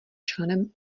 členem